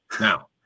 Now